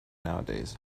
nowadays